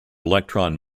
electron